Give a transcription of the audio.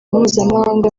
mpuzamahanga